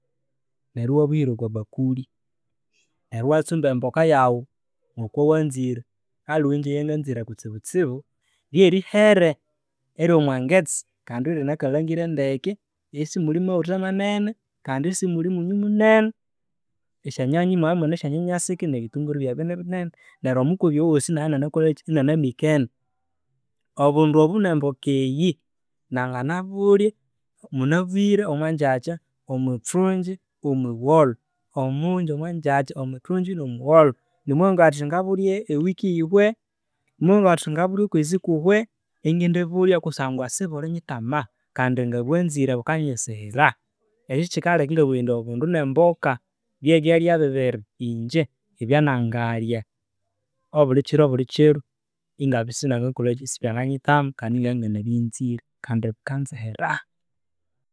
Neryo iwabuhira okwa bakuli. Neryo iwatsumba emboka yaghu ngokowanzire aliwe ingye eyanganzire kutsibutsibu, rye rihere erya mwangetse kandi irine kalhangire ndeke, isimuli maghutha manene kandi isimuli munyu munene. Esya nyanya omwabya imune esyanya sike nebithunguru ibyabya ini binene neryo omukubi owosi inibya inanakolhireki, inianebikene. Obundu obwu ne mboka eyi nanganabulya munabwire omwanjkya, omwithunji, no mwigholho, omungya omwa ngyakya, omwithungyi, mo mwigholho. Namuwngabugha ghuthi ngabulye ewiki yihwe, namungabugha ghuthi ngabulye okwezi kuhwe, ingendibulya kusangwa sibuli nyitama kandi ngabwanzire bukanyisishira. Ekyo kikaleka ingabuhga indi obundu nemboka bye, byalya ebibiri ingye ebyanangalya obulikiro bulikiro ingabya isibyanganyioklahaki, isibyanganyithama kandi ingabya ingane byanzire kandi bikanzihira.